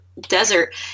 desert